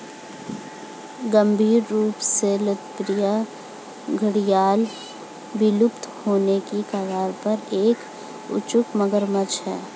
गंभीर रूप से लुप्तप्राय घड़ियाल विलुप्त होने के कगार पर एक अचूक मगरमच्छ है